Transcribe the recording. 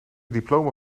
diploma